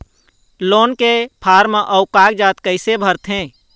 Loan के form अऊ कागजात कइसे भरथें?